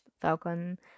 Falcon